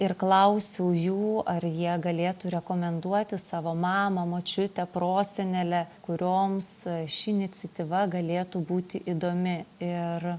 ir klausiau jų ar jie galėtų rekomenduoti savo mamą močiutę prosenelę kurioms ši iniciatyva galėtų būti įdomi ir